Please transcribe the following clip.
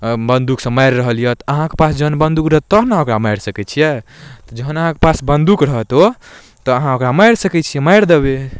बन्दूकसँ मारि रहल अइ तऽ अहाँके पास जहन बन्दूक रहत तहन ने अहाँ ओकरा मारि सकै छिए जहन अहाँके पास बन्दूक रहत ओ तऽ अहाँ ओकरा मारि सकै छी मारि देबै